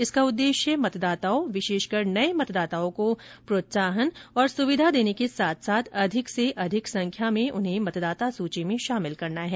इसका उद्देश्य मतदाताओं विशेषकर नये मतदाताओं को प्रोत्साहन और सुविधा देने के साथ साथ अधिक से अधिक संख्या में उन्हें मतदाता सूची में शामिल करना है